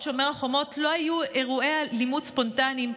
שומר החומות לא היו אירועי אלימות ספונטניים.